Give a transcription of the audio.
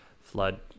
flood